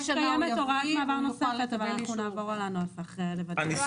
קיימת הוראה, אבל אנחנו נעבור על הנוסח לוודא.